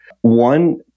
One